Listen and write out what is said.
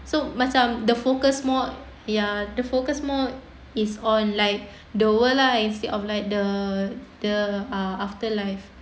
so macam the focus more ya the focus more is on like the world lah instead of like the the uh afterlife